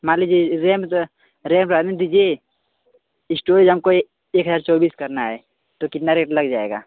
मान लीजिए रैम जो है रैम रहने दीजिए एस्टोरेज हमको एक हज़ार चौबीस करना है तो कितना रेट लग जाएगा